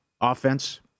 offense